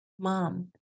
mom